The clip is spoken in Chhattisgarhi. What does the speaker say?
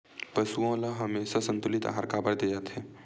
पशुओं ल हमेशा संतुलित आहार काबर दे जाथे?